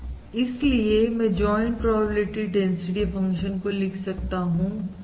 summation K equal 1V square K और कुछ नहीं परंतु V bar transpose times V bar है और जो की नॉर्म V bar स्क्वायर है